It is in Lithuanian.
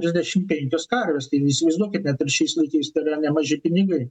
trisdešim penkios karvės tai įsivaizduokite kad ir šiais laikais tai yra nemaži pinigai